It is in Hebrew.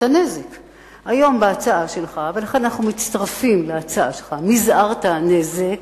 היום בהצעה שלך מזערת את הנזק,